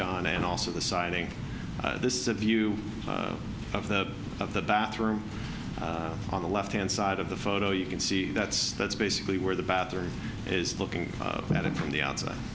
gone and also the siding this is the view of the of the bathroom on the left hand side of the photo you can see that's that's basically where the bathroom is looking at it from the outside